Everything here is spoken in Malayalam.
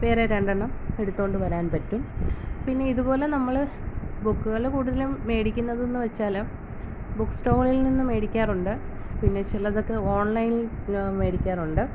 വേറെ രണ്ടെണ്ണം എടുത്തോണ്ട് വരാൻ പറ്റും പിന്നെ ഇതുപോലെ നമ്മൾ ബുക്ക്കൾ കൂടുതലും മേടിക്കുന്നതെന്ന് വെച്ചാൽ ബുക്ക് സ്റ്റോളിൽ നിന്ന് മേടിക്കാറുണ്ട് പിന്നെ ചിലതൊക്കെ ഓൺലൈനിൽന്ന് മേടിക്കാറുണ്ട്